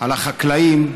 על החקלאים,